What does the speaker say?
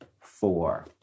four